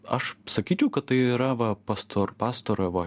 aš sakyčiau kad tai yra va pastor pastarojo va